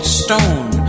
stone